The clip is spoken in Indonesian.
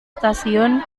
stasiun